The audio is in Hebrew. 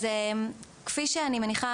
כפי שאני מניחה,